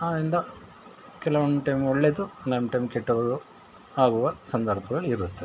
ಆದ್ದರಿಂದ ಕೆಲವೊಂದು ಟೈಮ್ ಒಳ್ಳೆಯದು ಕೆಲವೊಂದು ಟೈಮ್ ಕೆಟ್ಟದು ಆಗುವ ಸಂದರ್ಭಗಳು ಇರುತ್ತದೆ